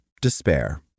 despair